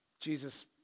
Jesus